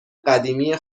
قدیمی